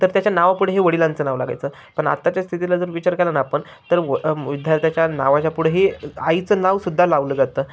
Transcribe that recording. तर त्याच्या नावा पुढे हे वडिलांचं नावं लागायचं पन आत्ताच्या स्थितीला जर विचार केला ना आपण तर व विध्यार्थ्याच्या नावाच्या पुढे हे आईचं नावसुद्धा लावलं जातं